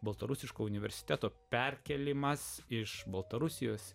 baltarusiško universiteto perkėlimas iš baltarusijos